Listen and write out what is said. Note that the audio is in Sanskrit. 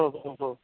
ओहोहो